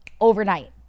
overnight